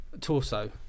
Torso